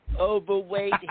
overweight